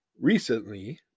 Recently